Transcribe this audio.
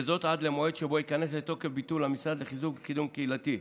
וזאת עד למועד שבו ייכנס לתוקף ביטול המשרד לחיזוק וקידום קהילתי.